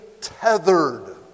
tethered